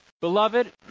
Beloved